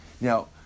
Now